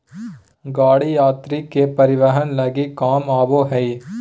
गाड़ी यात्री के परिवहन लगी काम आबो हइ